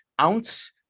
ounce